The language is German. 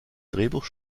drehbuch